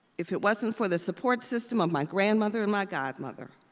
if it wasn't for the support system of my grandmother and my godmother,